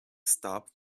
stopped